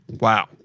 Wow